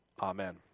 amen